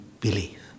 believe